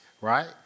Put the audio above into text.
right